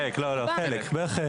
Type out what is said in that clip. לא, חלק, חלק.